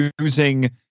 using